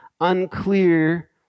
unclear